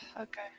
Okay